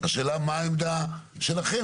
השאלה מה העמדה שלכם,